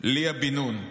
ליה בן נון,